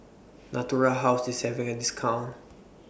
Natura House IS having A discount